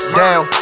down